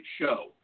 show